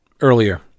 earlier